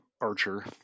Archer